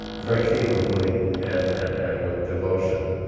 very capably and and and with devotion,